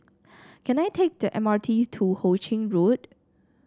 can I take the M R T to Ho Ching Road